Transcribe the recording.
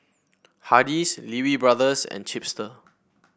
Hardy's Lee Wee Brothers and Chipster